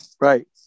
Right